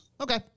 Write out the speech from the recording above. Okay